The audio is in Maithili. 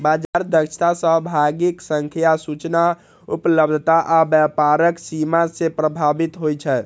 बाजार दक्षता सहभागीक संख्या, सूचना उपलब्धता आ व्यापारक सीमा सं प्रभावित होइ छै